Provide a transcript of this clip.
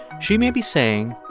she may be saying,